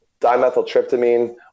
dimethyltryptamine